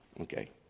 Okay